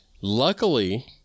luckily